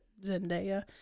Zendaya